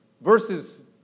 Verses